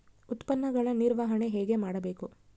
ಉತ್ಪನ್ನಗಳ ನಿರ್ವಹಣೆ ಹೇಗೆ ಮಾಡಬೇಕು?